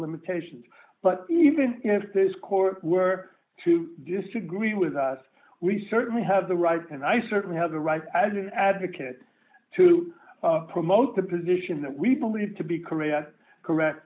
limitations but even if this court were to disagree with us we certainly have the right and i certainly have a right as an advocate to promote the position that we believe to be korea correct